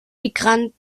migration